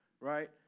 right